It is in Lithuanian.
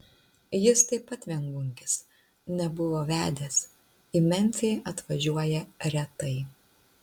jis taip pat viengungis nebuvo vedęs į memfį atvažiuoja retai